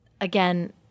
again –